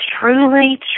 truly